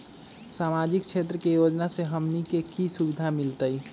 सामाजिक क्षेत्र के योजना से हमनी के की सुविधा मिलतै?